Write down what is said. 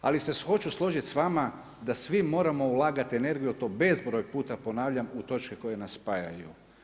Ali se hoću složiti sa vama da svi moramo ulagati energiju, to bezbroj puta ponavljam u točke koje nas spajaju.